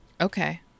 Okay